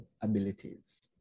abilities